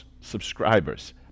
subscribers